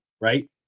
right